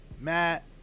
Matt